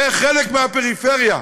זה חלק מהפריפריה,